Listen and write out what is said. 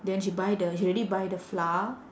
then she buy the she already buy the flour